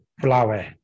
flower